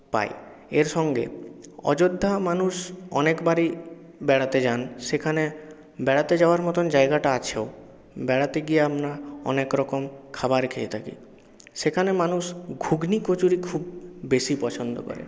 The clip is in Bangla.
পাই এর সঙ্গে অযোধ্যা মানুষ অনেকবারই বেড়াতে যান সেখানে বেড়াতে যাওয়ার মতন জায়গাটা আছেও বেড়াতে গিয়ে আমরা অনেকরকম খাবার খেয়ে থাকি সেখানে মানুষ ঘুগনি কচুরি খুব বেশি পছন্দ করে